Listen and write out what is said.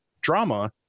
drama